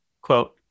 quote